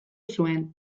zuen